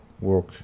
work